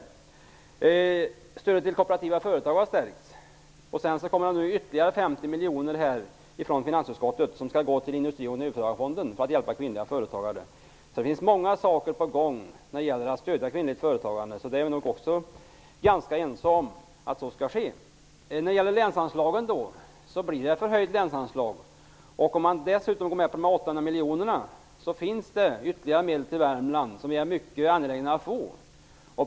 Vidare har stödet till kooperativa företag stärkts, och ytterligare 50 miljoner kommer från finansutskottet -- pengar som skall gå till Industriochnyföretagarfonden för att hjälpa kvinnliga företagare. Mycket är alltså på gång när det gäller att stödja kvinnligt företagande, så vi är ganska ense om att så skall ske. Det blir förhöjt länsanslag. Om också de 800 miljonerna beviljas kommer det att finnas ytterligare medel för Värmland -- medel som vi är mycket angelägna om att få.